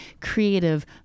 creative